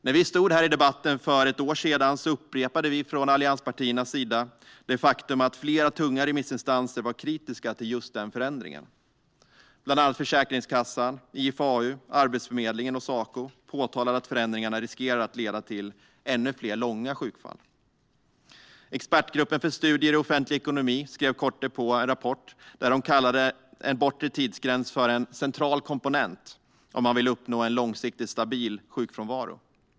När vi stod här i debatten för ett år sedan upprepade vi från allianspartiernas sida det faktum att flera tunga remissinstanser var kritiska till just den förändringen. Bland andra Försäkringskassan, IFAU, Arbetsförmedlingen och Saco påpekade att förändringarna riskerar att leda till ännu fler långa sjukfall. Expertgruppen för studier i offentlig ekonomi skrev kort därpå en rapport där man kallade en bortre tidsgräns för en central komponent om man vill uppnå en långsiktigt stabil sjukfrånvaro.